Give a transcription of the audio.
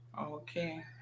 Okay